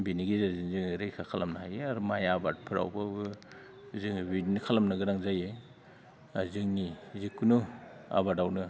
बेनि गेजेरजों जोङो रैखा खालामनो हायो आरो माइ आबादफोरावबो जोङो बिदिनो खालामनो गोनां जायो दा जोंनि जिखुनु आबादावनो